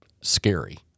scary